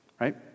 right